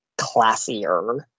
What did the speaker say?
classier